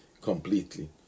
completely